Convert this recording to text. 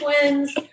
twins